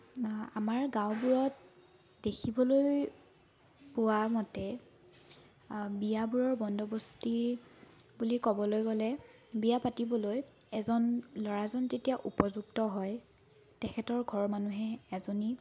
আমাৰ গাঁওবোৰত দেখিবলৈ পোৱা মতে বিয়াবোৰৰ বন্দবস্তি বুলি ক'বলৈ গ'লে বিয়া পাতিবলৈ এজন ল'ৰাজন যেতিয়া উপযুক্ত হয় তেখেতৰ ঘৰৰ মানুহে এজনী